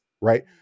Right